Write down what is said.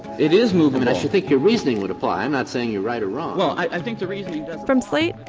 it is moving. and i should think your reasoning would apply. i'm not saying you're right or wrong well, i think the reasoning from slate,